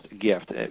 gift